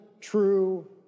true